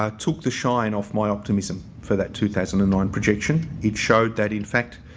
ah took the shine off my optimism for that two thousand and nine projection. it showed that in fact,